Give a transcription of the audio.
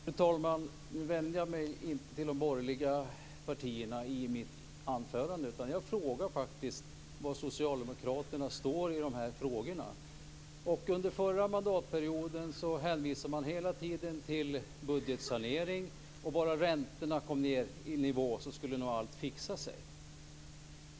Fru talman! Nu vände jag mig inte till de borgerliga partierna i mitt anförande, utan jag frågade faktiskt var Socialdemokraterna står i de här frågorna. Under förra mandatperioden hänvisade man hela tiden till budgetsanering. Bara räntorna kom ned i nivå skulle nog allt fixa sig.